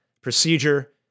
procedure